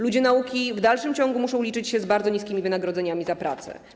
Ludzie nauki w dalszym ciągu muszą liczyć się z bardzo niskimi wynagrodzeniami za pracę.